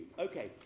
okay